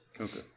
Okay